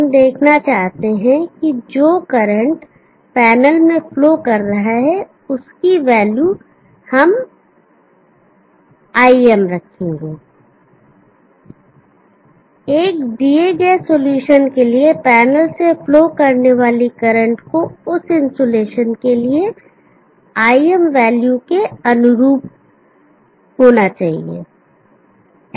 हम देखना चाहते हैं कि जो करंट पैनल में फ्लो कर रहा है उसकी वैल्यू हम Im रखेंगे एक दिए गए सलूशन के लिए पैनल से फ्लो करने वाली करंट को उस इंसुलेशन के लिए Im वैल्यू के अनुरूप होना चाहिए